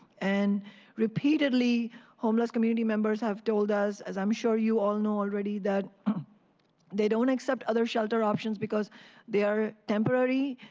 and repeatedly homeless community members have told us as i'm sure you all know already that they don't accept other shelter options because they are temporary.